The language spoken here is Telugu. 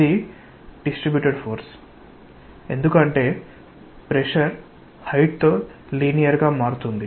ఇది డిస్ట్రీబ్యుటెడ్ ఫోర్స్ ఎందుకంటే ప్రెషర్ హైట్ తో లీనియర్ గా మారుతుంది